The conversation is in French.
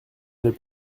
aller